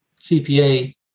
CPA